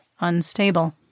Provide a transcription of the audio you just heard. unstable